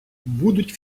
будуть